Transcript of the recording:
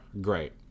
great